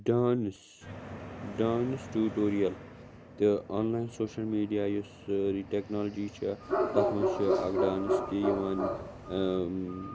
dance dance tutorial تہٕ online social media یُس سٲرٕے ٹٮ۪کنالجی چھےٚ تَتھ منٛز چھِ اَکھ ڈانَس تہِ یِوان